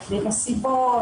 נשמע את